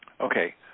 Okay